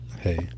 hey